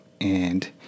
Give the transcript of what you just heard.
and-